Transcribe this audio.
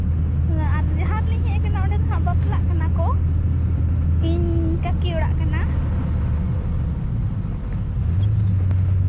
ᱦᱮᱸ ᱟᱨ ᱡᱟᱦᱟᱸ ᱨᱤᱞᱤᱧ ᱦᱮᱡ ᱠᱟᱱᱟ ᱚᱸᱰᱮ ᱫᱚᱦᱟᱸᱜ ᱵᱟᱯᱞᱟᱜ ᱠᱟᱱᱟ ᱠᱚ ᱤᱧ ᱠᱟᱹᱠᱤ ᱚᱲᱟᱜ ᱠᱟᱱᱟ